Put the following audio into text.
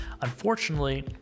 unfortunately